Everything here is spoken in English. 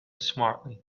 smartly